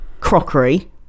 crockery